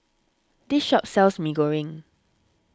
this shop sells Mee Goreng